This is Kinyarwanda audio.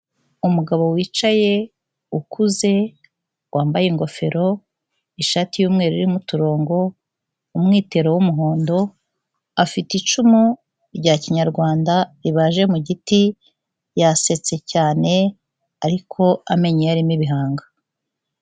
Umugabo wicaye ukuze wambaye ingofero ishati yumweru irimuturongo umwitero wumuhondo afite icumu rya kinyarwanda ribaje mu giti yasetse cyane ariko amenyo ye arimo ibihanga.